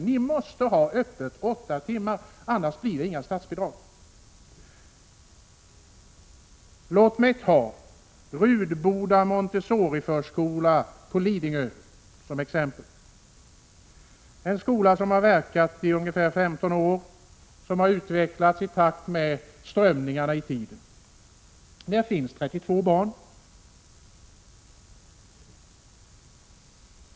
Man säger: Ni måste ha öppet åtta timmar om dagen, annars blir det inget statsbidrag. Låt mig ta Rudboda Montessoriförskola på Lidingö som exempel. Det är en skola som har verkat i ungefär 15 år och som har utvecklats i takt med strömningarna i tiden. Där finns 32 barn.